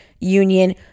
Union